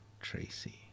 Tracy